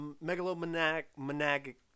megalomaniac